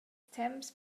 temps